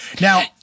Now